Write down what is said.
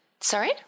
Sorry